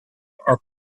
are